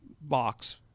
box